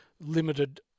limited